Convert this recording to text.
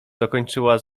dokończyła